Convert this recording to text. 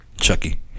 Chucky